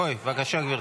בואי, בבקשה, גברתי.